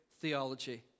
theology